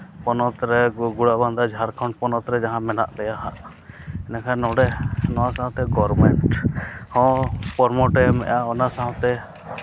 ᱯᱚᱱᱚᱛ ᱝᱨᱮ ᱜᱳᱲᱟ ᱵᱟᱸᱫᱷᱟ ᱡᱷᱟᱲᱠᱷᱚᱸᱰ ᱯᱚᱱᱚᱛ ᱨᱮ ᱡᱟᱦᱟᱸ ᱢᱮᱱᱟᱜ ᱞᱮᱭᱟ ᱦᱟᱸᱜ ᱮᱸᱰᱮᱠᱷᱟᱱ ᱱᱚᱰᱮ ᱱᱚᱣᱟ ᱥᱟᱶᱛᱮ ᱜᱚᱨᱢᱮᱱᱴ ᱦᱚᱸ ᱯᱨᱚᱢᱚᱴ ᱮᱢ ᱮᱜᱼᱟ ᱚᱱᱟ ᱥᱟᱶᱛᱮ